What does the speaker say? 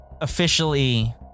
officially